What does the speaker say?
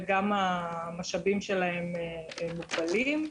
וגם המשאבים שלהם מוגבלים,